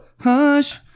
Hush